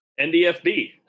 NDFB